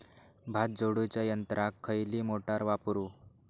भात झोडूच्या यंत्राक खयली मोटार वापरू?